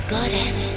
Goddess